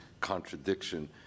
contradiction